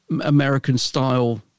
American-style